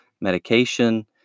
medication